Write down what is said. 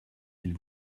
s’il